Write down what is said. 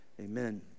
Amen